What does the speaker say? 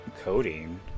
codeine